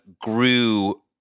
grew